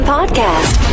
Podcast